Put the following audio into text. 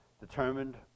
determined